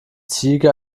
ziege